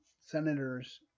senators